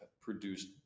produced